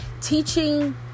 teaching